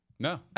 No